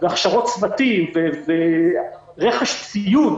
והכשרת צוותים ורכש ציוד